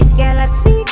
galaxy